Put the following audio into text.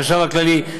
החשב הכללי,